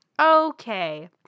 Okay